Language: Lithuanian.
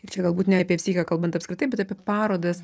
ir čia galbūt ne apie psichiką kalbant apskritai apie parodas